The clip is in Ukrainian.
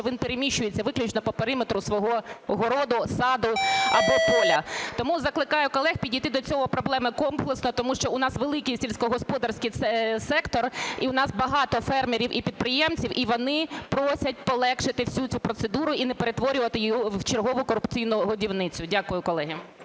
він переміщується виключно по периметру свого городу, саду або поля. Тому закликаю колег підійти до цієї проблеми комплексно, тому що у нас великий сільськогосподарський сектор і у нас багато фермерів і підприємців, і вони просять полегшити всю цю процедуру і не перетворювати її в чергову корупційну годівницю. Дякую, колеги.